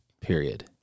Period